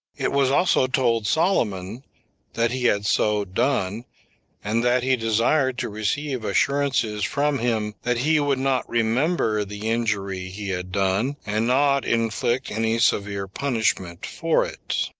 it was also told solomon that he had so done and that he desired to receive assurances from him that he would not remember the injury he had done, and not inflict any severe punishment for it.